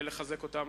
ולחזק אותם.